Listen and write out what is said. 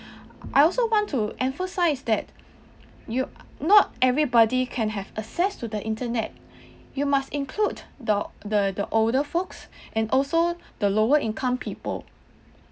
I also want to emphasize that you~ uh not everybody can have access to the internet you must include the the the older folks and also the lower income people